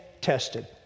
tested